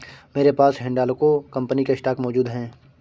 मेरे पास हिंडालको कंपनी के स्टॉक मौजूद है